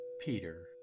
Peter